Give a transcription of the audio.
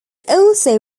also